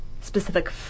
specific